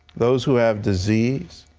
those who have disease,